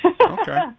Okay